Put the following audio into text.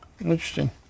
Interesting